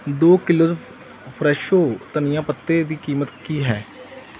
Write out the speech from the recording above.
ਦੋ kilos Fresho ਧਨੀਆ ਪੱਤੇ ਦੀ ਕੀਮਤ ਕੀ ਹੈ